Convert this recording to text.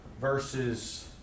versus